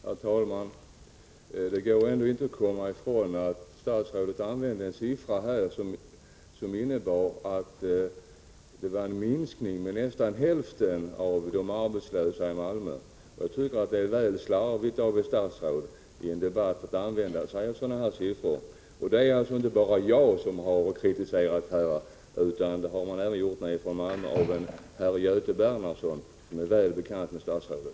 Herr talman! Det går inte att komma ifrån att statsrådet använde en siffra som innebar en minskning med nästan hälften av antalet arbetslösa i Malmö. Jag tycker att det är väl slarvigt av ett statsråd att i en debatt använda sådana siffror. Det är inte bara jag som kritiserar utan det gör också Göte Bernhardsson, länsarbetsdirektören i Malmö, som är väl bekant för statsrådet.